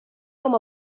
com